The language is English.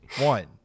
One